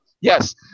Yes